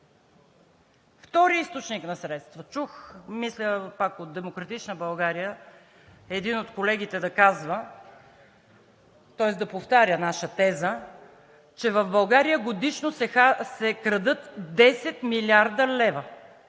Втори източник на средства. Чух, мисля пак от „Демократична България“, един от колегите да казва, тоест да повтаря наша теза, че в България годишно се крадат 10 млрд. лв.